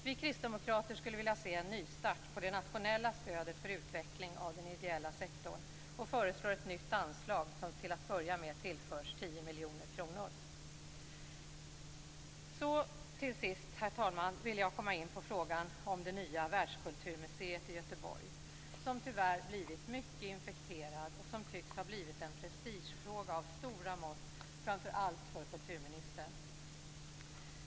Vi kristdemokrater skulle vilja se en nystart på det nationella stödet för utveckling av den ideella sektorn och föreslår ett nytt anslag som till att börja med tillförs Herr talman! Så vill jag till sist komma in på frågan om det nya världkulturmuseet i Göteborg, som tyvärr blivit mycket infekterad och som tycks ha blivit en prestigefråga av stora mått framför allt för kulturministern.